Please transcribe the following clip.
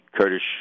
Kurdish